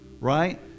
right